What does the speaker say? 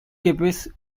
cafes